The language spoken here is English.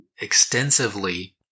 extensively